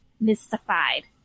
mystified